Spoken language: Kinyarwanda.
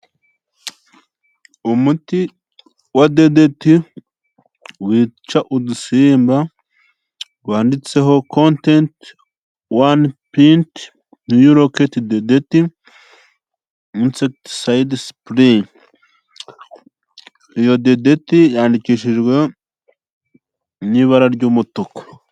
Umuti wa dedeti wica udusimba twanditse ho contenti one pinti niyu roketi dedeti insekiti side sipuringi. Iyo dedeti yandikishijwe n'ibara ry'umutuku.